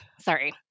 sorry